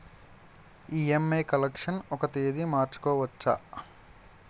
EMI collection ఒక తేదీ మార్చుకోవచ్చా?